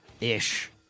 ish